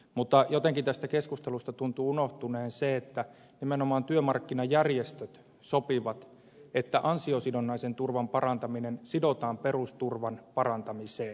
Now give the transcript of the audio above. mutta jotenkin tästä keskustelusta tuntuu unohtuneen se että nimenomaan työmarkkinajärjestöt sopivat että ansiosidonnaisen turvan parantaminen sidotaan perusturvan parantamiseen